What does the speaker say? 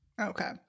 Okay